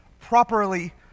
properly